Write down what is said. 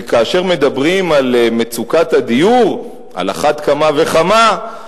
וכאשר מדברים על מצוקת הדיור, על אחת כמה וכמה.